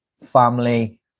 family